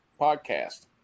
podcast